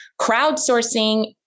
crowdsourcing